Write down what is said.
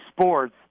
sports